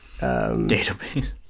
database